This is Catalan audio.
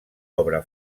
obra